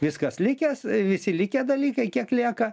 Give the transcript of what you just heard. viskas likęs visi likę dalykai kiek lieka